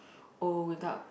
old without